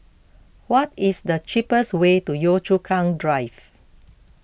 what is the cheapest way to Yio Chu Kang Drive